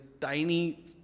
tiny